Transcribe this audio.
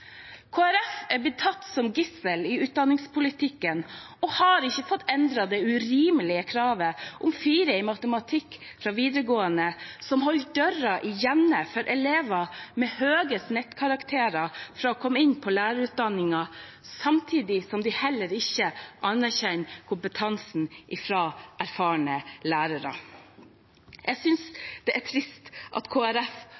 Folkeparti er blitt tatt som gissel i utdanningspolitikken og har ikke fått endret det urimelige kravet om 4 i matematikk fra videregående, noe som holder døren igjen for elever med høye snittkarakterer, holder dem fra å komme inn på lærerutdanningen, samtidig som man heller ikke anerkjenner kompetansen til erfarne lærere. Jeg